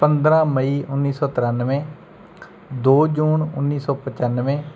ਪੰਦਰ੍ਹਾਂ ਮਈ ਉੱਨੀ ਸੌ ਤ੍ਰਿਆਨਵੇਂ ਦੋ ਜੂਨ ਉੱਨੀ ਸੌ ਪਚਾਨਵੇਂ